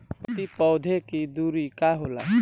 प्रति पौधे के दूरी का होला?